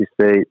State